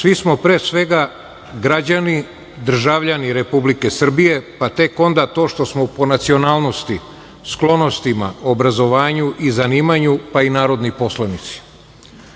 Svi smo, pre svega, građani, državljani Republike Srbije, pa tek onda to što smo po nacionalnosti, sklonostima, obrazovanju i zanimanju, pa i narodni poslanici. Zar